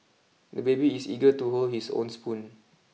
the baby is eager to hold his own spoon